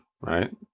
right